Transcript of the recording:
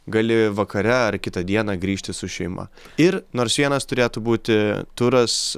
gali vakare ar kitą dieną grįžti su šeima ir nors vienas turėtų būti turas